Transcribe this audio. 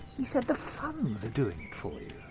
he said the funns are doing it for you?